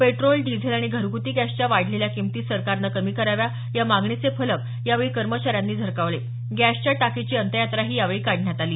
petrol diesel आणि घरग्रती गॅसच्या वाढलेल्या किमती सरकारनं कमी कराव्या या मागणीचे फलक यावेळी कार्यकर्त्यांनी झळकावले गॅसच्या टाकीची अंत्ययात्राही यावेळी काढण्यात आली